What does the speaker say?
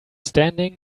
standing